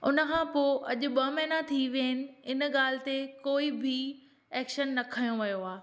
उन खां पोइ अॼु ॿ महिना थी विया आहिनि इन ॻाल्हि ते कोई बि एक्शन न खंयो वयो आहे